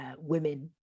women